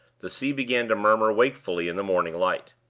the sea began to murmur wakefully in the morning light.